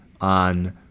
on